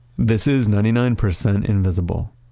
this is ninety nine percent invisible.